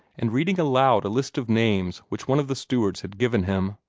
and reading aloud a list of names which one of the stewards had given him.